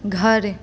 घर